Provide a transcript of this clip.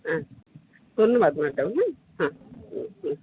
হ্যাঁ ধন্যবাদ ম্যাডাম হ্যাঁ হ্যাঁ হুম হুম